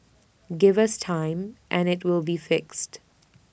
give us time and IT will be fixed